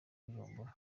bujumbura